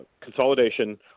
consolidation